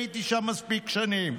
הייתי שם מספיק שנים.